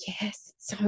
yes